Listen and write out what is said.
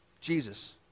Jesus